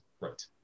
right